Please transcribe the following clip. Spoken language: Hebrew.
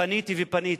פניתי ופניתי.